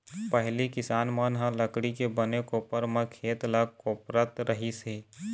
पहिली किसान मन ह लकड़ी के बने कोपर म खेत ल कोपरत रहिस हे